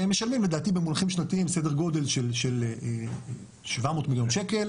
משלמים לדעתי במונחים שנתיים סדר גודל של 700 מיליון שקל.